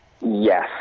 Yes